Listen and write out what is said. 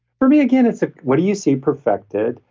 for me again, it's ah what do you see perfected?